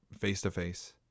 face-to-face